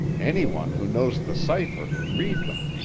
any one who knows the cipher can read them.